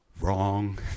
wrong